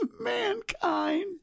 mankind